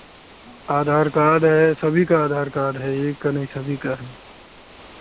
आधार card है सभी का आधार कार्ड है एक का नहीं सभी का है